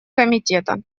комитета